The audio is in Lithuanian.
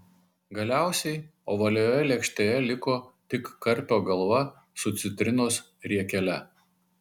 galiausiai ovalioje lėkštėje liko tik karpio galva su citrinos riekele